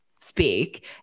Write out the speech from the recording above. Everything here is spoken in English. speak